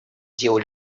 делу